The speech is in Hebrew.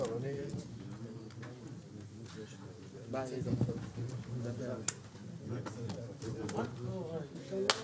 הישיבה ננעלה בשעה 12:35.